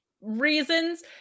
reasons